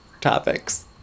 topics